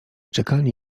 czekanie